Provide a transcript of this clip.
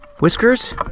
Whiskers